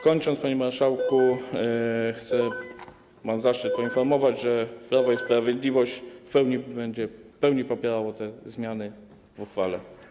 Kończąc, panie marszałku, mam zaszczyt poinformować, że Prawo i Sprawiedliwość będzie w pełni popierało te zmiany w uchwale.